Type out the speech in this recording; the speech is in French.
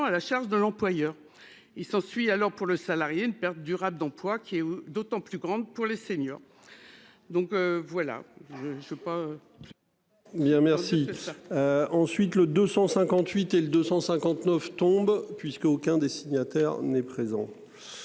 à la charge de l'employeur. Il s'ensuit alors pour le salarié, une perte durable d'emploi qui est d'autant plus grande pour les seniors.